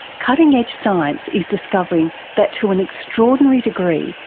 cutting edge science is discovering that to an extraordinary degree,